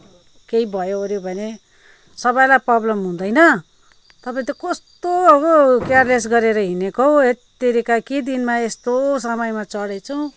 केही भयो ओरे भने सबैलाई प्रब्लम हुँदैन तपाईँ त कस्तो हौ केयरलेस गरेर हिँडेको हौ हत्तेरिका के दिनमा यस्तो समयमा चढेछु